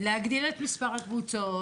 להגדיל את מספר הקבוצות.